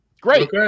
great